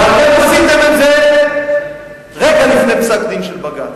ואתם עשיתם את זה רגע לפני פסק-דין של בג"ץ.